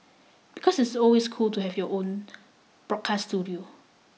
because it's always cool to have your own broadcast studio